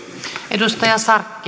edustaja